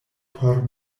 por